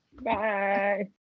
Bye